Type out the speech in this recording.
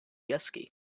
gysgu